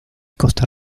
costa